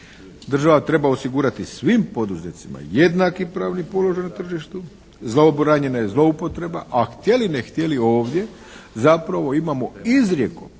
Država treba osigurati svim poduzetnicima jednaki pravni položaj na tržištu za obranu zloupotreba. A htjeli ne htjeli ovdje zapravo imamo izrijekom